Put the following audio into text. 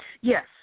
Yes